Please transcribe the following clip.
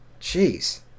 Jeez